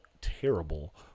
terrible